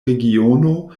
regiono